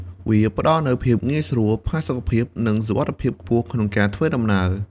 វាផ្តល់នូវភាពងាយស្រួល ផាសុកភាព និងសុវត្ថិភាពខ្ពស់ក្នុងការធ្វើដំណើរ។